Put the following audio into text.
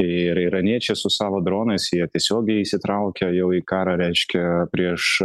ir iraniečiai su savo dronais jie tiesiogiai įsitraukę jau į karą reiškia prieš